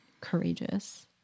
courageous